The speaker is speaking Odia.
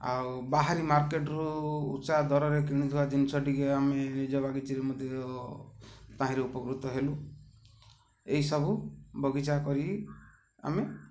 ଆଉ ବାହାର ମାର୍କେଟରୁ ଉଚ୍ଚା ଦରରେ କିଣିଥିବା ଜିନିଷ ଟିକିଏ ଆମେ ନିଜ ବାଗିଚାରେ ମଧ୍ୟ ତାହିଁରେ ଉପକୃତ ହେଲୁ ଏହିସବୁ ବଗିଚା କରି ଆମେ